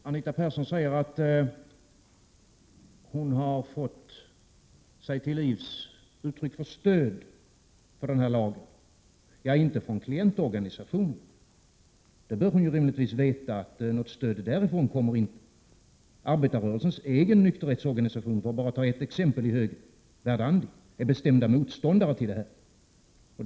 Herr talman! Anita Persson säger att hon har fått sig till livs uttryck för stöd för denna lag. Ja, men det har hon inte fått från klientorganisationerna — hon bör rimligtvis veta att det inte kommer något stöd därifrån. Arbetarrörelsens egen nykterhetsorganisation, Verdandi, för att bara ta ett exempel i högen, är bestämd motståndare till lagen.